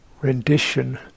rendition